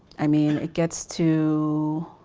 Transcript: i mean it gets to,